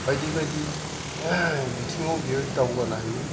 बायदि बायदि बिथिङाव बियो दावगानो हायो